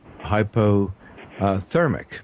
hypothermic